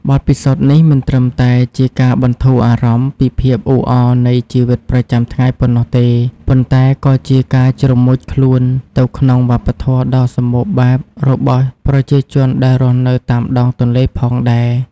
បទពិសោធន៍នេះមិនត្រឹមតែជាការបន្ធូរអារម្មណ៍ពីភាពអ៊ូអរនៃជីវិតប្រចាំថ្ងៃប៉ុណ្ណោះទេ ប៉ុន្តែក៏ជាការជ្រមុជខ្លួនទៅក្នុងវប្បធម៌ដ៏សម្បូរបែបរបស់ប្រជាជនដែលរស់នៅតាមដងទន្លេផងដែរ។